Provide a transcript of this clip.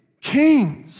kings